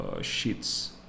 Sheets